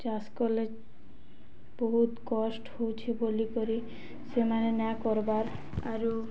ଚାଷ୍ କଲେ ବହୁତ୍ କଷ୍ଟ୍ ହଉଛେ ବୋଲିକରି ସେମାନେ ନାଇ କର୍ବାର୍ ଆରୁ